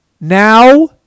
Now